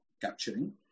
capturing